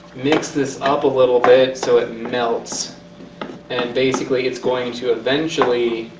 mix this up a little bit. so it melts and basically, it's going to eventually